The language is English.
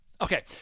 Okay